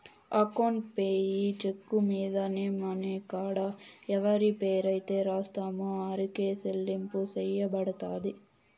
account payee cheque మీద name అనే కాడ ఎవరి పేరైతే రాస్తామో ఆరికే సెల్లింపు సెయ్యబడతది